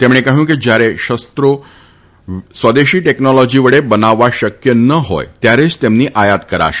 તેમણે કહ્યું કે જયારે શશ્ન્નો સ્વદેશી ટેકનોલોજી વડે બનાવવા શક્ય ન હોય ત્યારે જ તેમની આયાત કરાશે